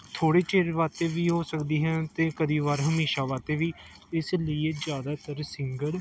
ਥੋੜ੍ਹੇ ਚਿਰ ਵਾਸਤੇ ਵੀ ਹੋ ਸਕਦੀ ਹੈ ਅਤੇ ਕਦੇ ਵਾਰ ਹਮੇਸ਼ਾਂ ਵਾਸਤੇ ਵੀ ਇਸ ਲਈ ਜ਼ਿਆਦਾਤਰ ਸਿੰਗਰ